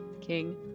king